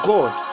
God